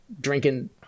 drinking